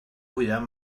fwyaf